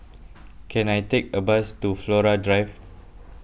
can I take a bus to Flora Drive